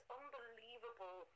unbelievable